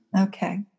Okay